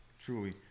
Truly